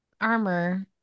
armor